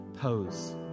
pose